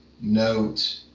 Note